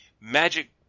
Magic